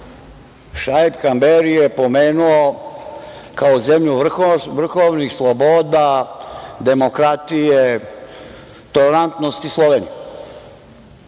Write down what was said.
Šaip Kamberi je pomenuo kao zemlju vrhovnih sloboda, demokratije i tolerantnosti Sloveniju.